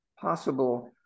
possible